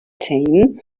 team